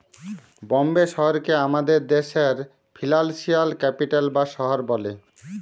বম্বে শহরকে আমাদের দ্যাশের ফিল্যালসিয়াল ক্যাপিটাল বা শহর ব্যলে